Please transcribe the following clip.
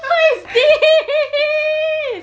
what is this